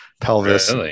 pelvis